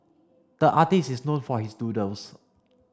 the artist is known for his doodles